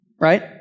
right